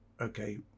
okay